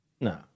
no